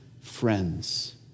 friends